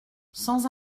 sans